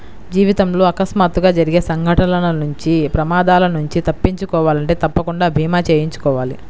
జీవితంలో అకస్మాత్తుగా జరిగే సంఘటనల నుంచి ప్రమాదాల నుంచి తప్పించుకోవాలంటే తప్పకుండా భీమా చేయించుకోవాలి